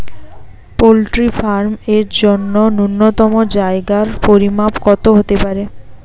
Poultry farm এর জন্য নূন্যতম জায়গার পরিমাপ কত হতে পারে?